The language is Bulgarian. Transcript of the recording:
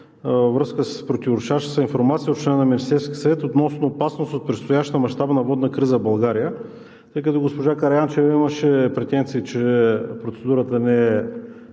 с противоречащата си информация от членове на Министерския съвет относно опасност от предстояща мащабна водна криза в България. Тъй като Госпожа Караянчева имаше претенции, че процедурата не е